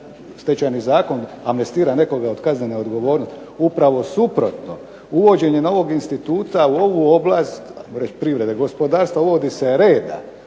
stečajni zakon amnestira nekoga od kaznene odgovornosti? Upravo suprotno. Uvođenje novog instituta u ovu oblast ajmo reći privrede gospodarstva uvodi se reda